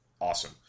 awesome